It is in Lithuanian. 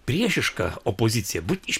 priešiška opozicija būti iš